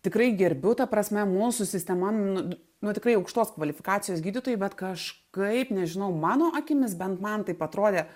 tikrai gerbiu ta prasme mūsų sistema nu nu tikrai aukštos kvalifikacijos gydytojai bet kažkaip nežinau mano akimis bent man taip atrodė